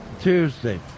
Tuesday